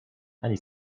ani